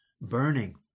burning